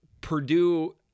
Purdue